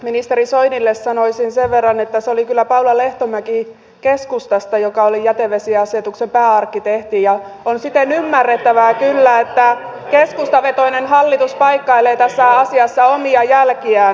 ministeri soinille sanoisin sen verran että se oli kyllä paula lehtomäki keskustasta joka oli jätevesiasetuksen pääarkkitehti ja on siten kyllä ymmärrettävää että keskustavetoinen hallitus paikkailee tässä asiassa omia jälkiään